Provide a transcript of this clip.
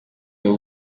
y’u